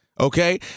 Okay